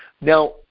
now